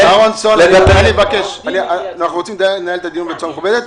אנחנו רוצים לנהל את הדיון בצורה מכובדת.